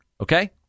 Okay